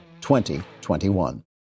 2021